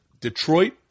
Detroit